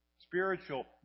spiritual